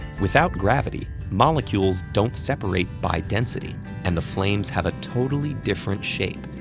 without gravity, molecules don't separate by density and the flames have a totally different shape.